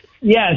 Yes